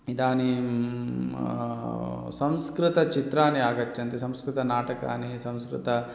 इदानीं संस्कृतचित्राणि आगच्छन्ति संस्कृतनाटकानि संस्कृतम्